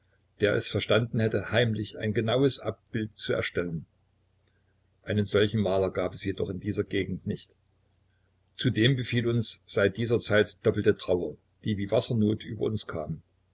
der es verstanden hätte heimlich ein genaues abbild herzustellen einen solchen maler gab es jedoch in dieser gegend nicht zudem befiel uns seit dieser zeit doppelte trauer die wie wassersnot über uns kam